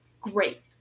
Great